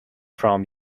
from